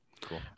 Cool